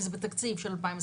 כי זה בתקציב של 2021,